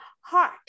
heart